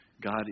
God